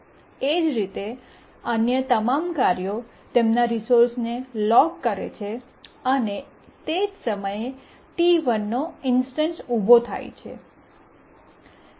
એ જ રીતે અન્ય તમામ કાર્યો તેમના રિસોર્સને લોક કરે છે અને તે જ સમયે T1 નો ઇન્સ્ટન્સ ઉભો થાય છે